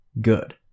Good